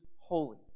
holy